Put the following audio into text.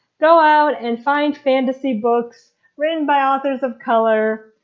go out and find fantasy books written by authors of color